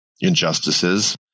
injustices